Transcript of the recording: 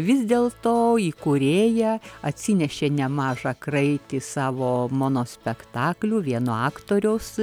vis dėl to įkūrėja atsinešė nemažą kraitį savo monospektaklių vieno aktoriaus